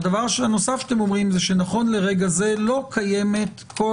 והדבר הנוסף שאתם אומרים נכון לכרגע לא קיימת כל